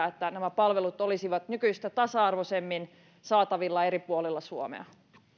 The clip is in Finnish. että nämä palvelut olisivat nykyistä tasa arvoisemmin saatavilla eri puolilla suomea